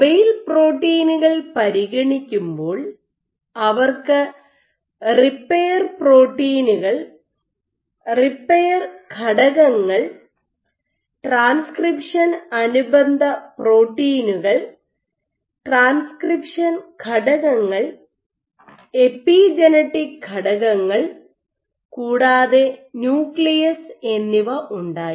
mobile പ്രോട്ടീനുകൾ പരിഗണിക്കുമ്പോൾ അവർക്ക് റിപ്പയർ പ്രോട്ടീനുകൾ റിപ്പയർ ഘടകങ്ങൾ ട്രാൻസ്ക്രിപ്ഷൻ അനുബന്ധ പ്രോട്ടീനുകൾ ട്രാൻസ്ക്രിപ്ഷൻ ഘടകങ്ങൾ എപിജനെറ്റിക് ഘടകങ്ങൾ കൂടാതെ ന്യൂക്ലിയസ് എന്നിവ ഉണ്ടായിരുന്നു